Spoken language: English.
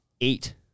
eight